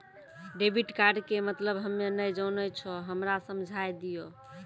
Debit card के मतलब हम्मे नैय जानै छौ हमरा समझाय दियौ?